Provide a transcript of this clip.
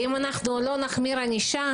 ואם אנחנו לא נחמיר את הענישה,